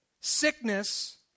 sickness